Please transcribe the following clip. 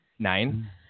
Nine